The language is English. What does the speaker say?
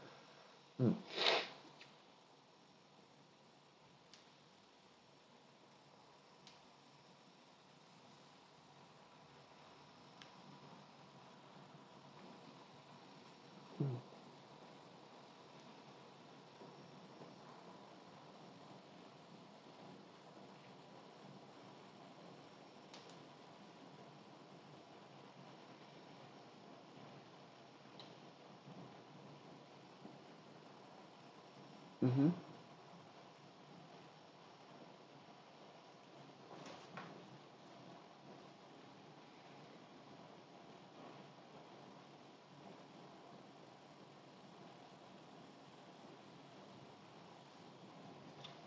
mm mmhmm